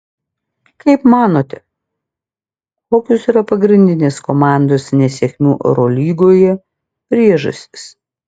kaip manote kokios yra pagrindinės komandos nesėkmių eurolygoje priežastys